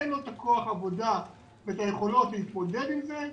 אין לו את הכוח עבודה ואת היכולות להתמודד עם זה.